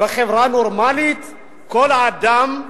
בחברה נורמלית כל אדם,